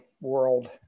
world